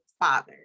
father